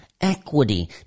equity